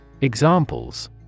Examples